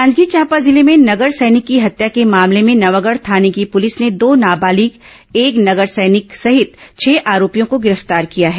जांजगीर चांपा जिले में नगर सैनिक की हत्या के मामले में नवागढ़ थाने की पुलिस ने दो नाबालिग एक नगर सैनिक सहित छह आरोपियों को गिरफ्तार किया है